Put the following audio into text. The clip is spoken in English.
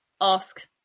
ask